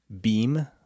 beam